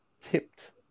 tipped